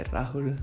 Rahul